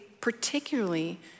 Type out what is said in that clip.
particularly